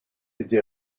été